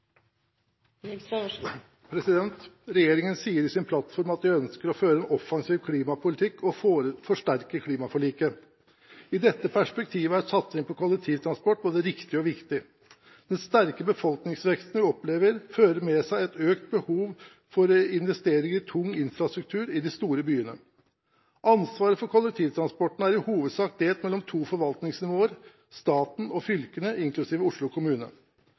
satsing på kollektivtransport både riktig og viktig. Den sterke befolkningsveksten vi opplever, fører med seg et økt behov for investering i tung infrastruktur i de store byene. Ansvaret for kollektivtransporten er i hovedsak delt mellom to forvaltningsnivåer – staten og fylkene inklusiv Oslo kommune.